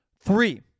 Three